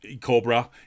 Cobra